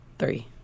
Three